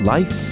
Life